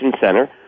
center